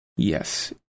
Yes